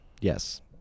Yes